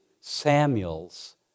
Samuel's